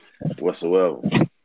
whatsoever